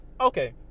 okay